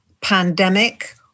pandemic